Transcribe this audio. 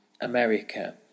America